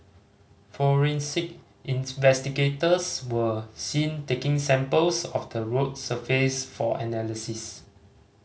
forensic investigators were seen taking samples of the road surface for analysis